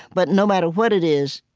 but no matter what it is,